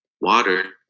Water